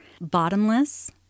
bottomless